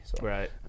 Right